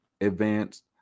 advanced